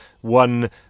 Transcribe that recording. One